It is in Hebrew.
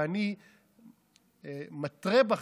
ואני מתרה בכם,